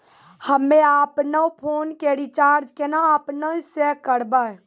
हम्मे आपनौ फोन के रीचार्ज केना आपनौ से करवै?